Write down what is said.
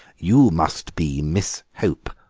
you must be miss hope,